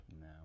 No